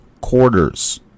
quarters